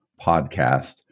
podcast